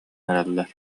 эрэллэр